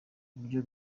buryo